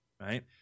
right